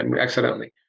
accidentally